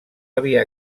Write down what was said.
havia